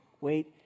wait